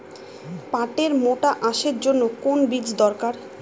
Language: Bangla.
পাটের মোটা আঁশের জন্য কোন বীজ দরকার?